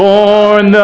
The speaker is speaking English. Born